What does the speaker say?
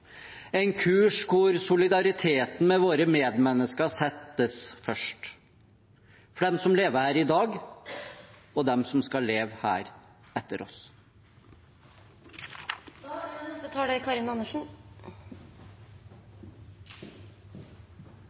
en kurs der solidariteten med våre medmennesker settes først – de som lever her i dag, og de som skal leve her etter